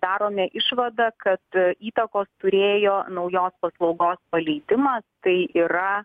darome išvadą kad įtakos turėjo naujos paslaugos paleidimas tai yra